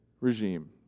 regime